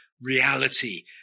reality